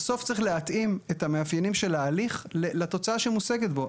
בסוף צריך להתאים את המאפיינים של ההליך לתוצאה שמושגת בו.